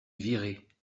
virée